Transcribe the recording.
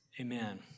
amen